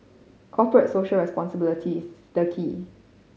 Corporate Social Responsibility is the key